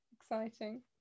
Exciting